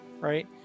Right